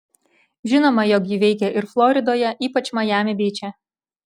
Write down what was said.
žinoma jog ji veikia ir floridoje ypač majami byče